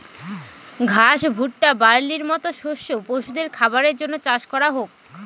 ঘাস, ভুট্টা, বার্লির মতো শস্য পশুদের খাবারের জন্য চাষ করা হোক